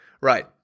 Right